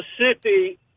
Mississippi